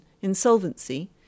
insolvency